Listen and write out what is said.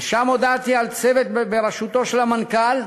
ושם הודעתי על הקמת צוות בראשותו של המנכ"ל,